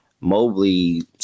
Mobley